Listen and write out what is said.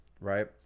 right